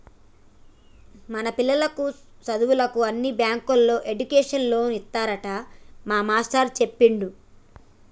మన పిల్లల సదువుకు అన్ని బ్యాంకుల్లో ఎడ్యుకేషన్ లోన్లు ఇత్తారట మా మేస్టారు సెప్పిండు